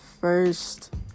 first